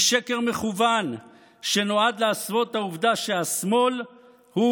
היא שקר מכוון שנועד להסוות את העובדה שהשמאל הוא